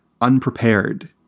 unprepared